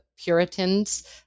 Puritans